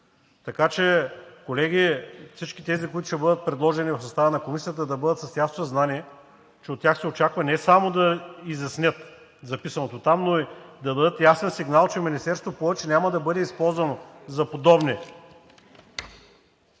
Така че, колеги, всички тези, които ще бъдат предложени в състава на комисията да бъдат с ясното съзнание, че от тях се очаква не само да изяснят записаното там, но и да дадат ясен сигнал, че Министерството повече няма да бъде използвано за подобни